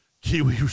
Kiwi